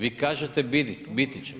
Vi kažete biti će.